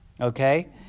Okay